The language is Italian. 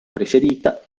preferita